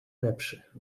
lepszy